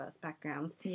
backgrounds